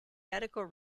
medical